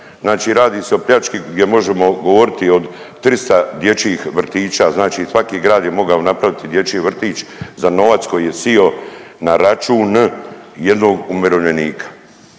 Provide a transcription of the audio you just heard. radi se o pljački gdje možemo govoriti o 300 dječjih vrtića, znači svaki grad je mogao napraviti dječji vrtić za novac koji je sio na račun jednog umirovljenika.